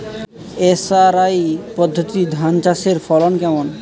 SRI পদ্ধতি ধান চাষের ফলন কেমন?